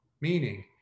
meaning